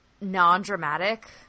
non-dramatic